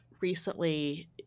recently